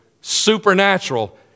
supernatural